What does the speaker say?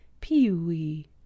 Pee-wee